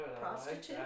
prostitutes